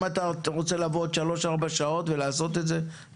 אם אתה רוצה לבוא בעוד שלוש-ארבע שעות ולעשות את זה,